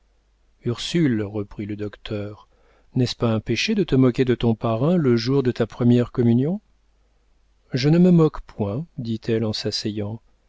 ursule reprit le docteur n'est-ce pas un péché de te moquer de ton parrain le jour de ta première communion je ne me moque point dit-elle en s'asseyant